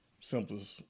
simplest